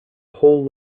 whole